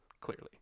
clearly